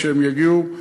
שהם יגיעו,